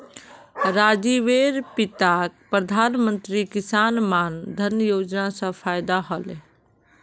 राजीवेर पिताक प्रधानमंत्री किसान मान धन योजना स फायदा ह ले